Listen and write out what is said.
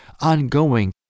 ongoing